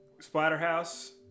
Splatterhouse